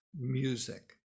music